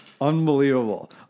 Unbelievable